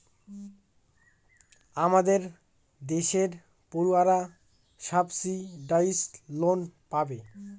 আমাদের দেশের পড়ুয়ারা সাবসিডাইস লোন পাবে